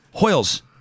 Hoyles